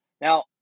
Now